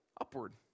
Upward